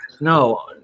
No